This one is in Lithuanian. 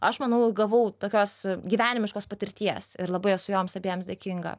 aš manau gavau tokios gyvenimiškos patirties ir labai esu joms abiems dėkinga